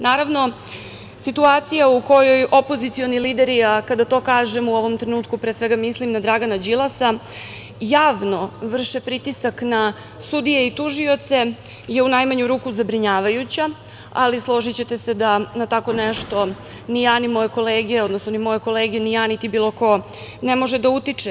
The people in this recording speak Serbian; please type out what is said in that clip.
Naravno, situacija u kojoj opozicioni lideri, a kada to kažemo u ovom trenutku pre svega mislim na Dragana Đilasa javno vrše pritisak na sudije i tužioce je u najmanju ruku zabrinjavajuća, ali složićete se da na tako nešto ni moje kolege ni ja niti bilo ko ne može da utiče.